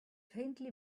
faintly